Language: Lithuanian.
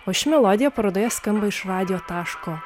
o ši melodija parodoje skamba iš radijo taško